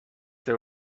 they